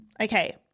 Okay